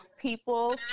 people